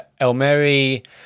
Elmeri